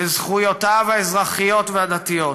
לזכויותיו האזרחיות והדתיות.